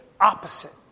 opposite